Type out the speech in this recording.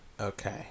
Okay